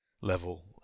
level